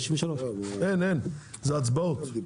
הצבעות.